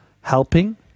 helping